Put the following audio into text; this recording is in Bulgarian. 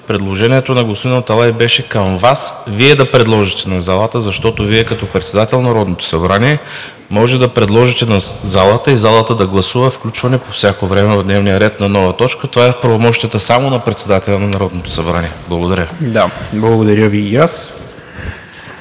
Предложението на господин Аталай беше към Вас и Вие да предложите на залата, защото като председател на Народното събрание Вие може да предложите на залата и залата да гласува включване по всяко време в дневния ред на нова точка. Това е в правомощията само на председателя на Народното събрание. Благодаря. ПРЕДСЕДАТЕЛ НИКОЛА